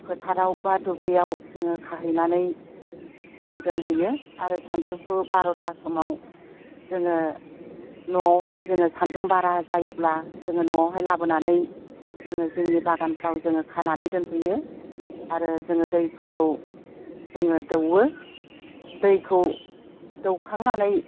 फोथाराव बा दुब्लियाव जोङो खाहैनानै जोङो दोनहैयो आरो सानजौफु बार'था समाव जोङो न'आवहाय जोङो सानदुं बारा जायोब्ला जोङो न'आवहाय लाबोनानै जोङो जोंनि बागानफ्राव जोङो खानानै दोनफैयो आरो जोङो दैफोरखौ जोङो दौवो दैखौ दौखांनानै